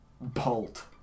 Bolt